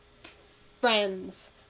Friends